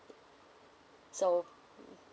so